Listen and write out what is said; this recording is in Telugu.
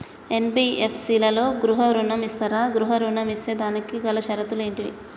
ఎన్.బి.ఎఫ్.సి లలో గృహ ఋణం ఇస్తరా? గృహ ఋణం ఇస్తే దానికి గల షరతులు ఏమిటి?